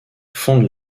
fonde